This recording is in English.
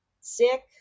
sick